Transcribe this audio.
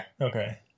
Okay